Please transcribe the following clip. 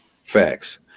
Facts